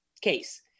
case